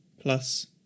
plus